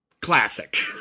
Classic